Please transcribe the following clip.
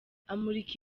amurika